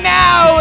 now